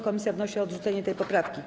Komisja wnosi o odrzucenie tej poprawki.